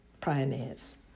Pioneers